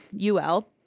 ul